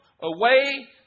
away